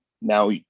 now